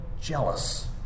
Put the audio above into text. jealous